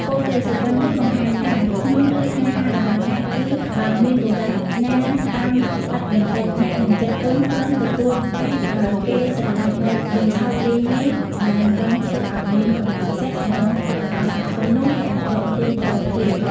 ពោលគឺ សុបិន្តនោះបង្ហាញថា ក្នុងរឿងស្នេហារបស់អ្នកគឺ បើមានបុរសណាតាមស្អិតបន្តិចអ្នកនឹងចិត្តទន់ព្រមទទួលតែបើគេ ស្រឡាញ់បែបបញ្ឆោតលេងៗ ដែលម្តងធ្វើឲ្យមានកម្លាំងចិត្ត ម្តងធ្វើឲ្យអស់សង្ឃឹមនោះ អ្នកនឹងដកខ្លួនថយភ្លាម។